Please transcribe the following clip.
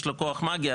יש לו כוח מאגי,